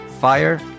fire